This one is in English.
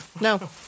No